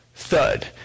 thud